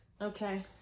Okay